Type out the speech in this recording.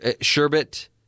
Sherbet